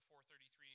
4.33